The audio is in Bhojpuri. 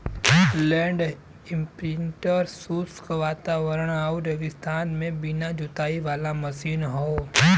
लैंड इम्प्रिंटर शुष्क वातावरण आउर रेगिस्तान में बिना जोताई वाला मशीन हौ